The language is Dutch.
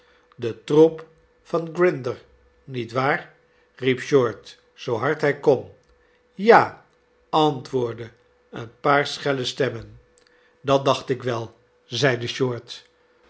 de troep van grinder niet waar riep short zoo hard hij kon ja antwoordden een paar schelle stemmen dat dacht ikwel zeide short